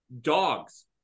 Dogs